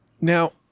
now